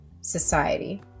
society